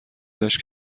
داشت